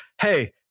hey